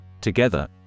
Together